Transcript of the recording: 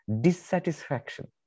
dissatisfaction